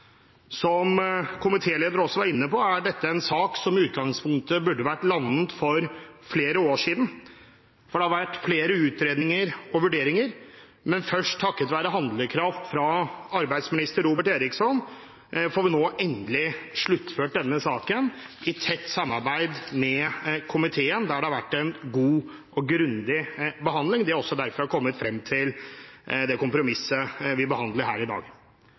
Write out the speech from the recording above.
Som komitélederen også var inne på, er dette en sak som i utgangspunktet burde vært landet for flere år siden, for det har vært flere utredninger og vurderinger, men først nå, takket være handlekraft fra arbeidsminister Robert Eriksson, får vi endelig sluttført denne saken, i tett samarbeid med komiteen, der det har vært en god og grundig behandling. Det er også derfor vi har kommet frem til det kompromisset vi behandler her i dag.